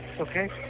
okay